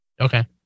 okay